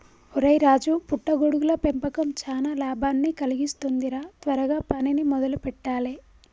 ఒరై రాజు పుట్ట గొడుగుల పెంపకం చానా లాభాన్ని కలిగిస్తుంది రా త్వరగా పనిని మొదలు పెట్టాలే